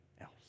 else